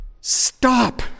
stop